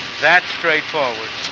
that straightforward.